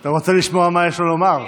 אתה רוצה לשמוע מה יש לו לומר?